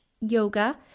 yoga